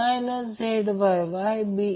57 angle 62o ampere मिळेल